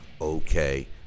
okay